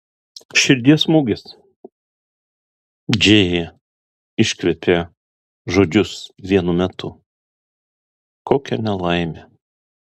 širdies smūgis džėja iškvėpė žodžius vienu metu kokia nelaimė